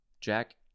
Jack